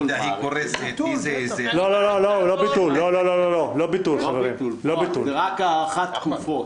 אתה יודע אם --- זה רק הארכת תקופות.